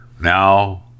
Now